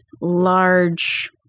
large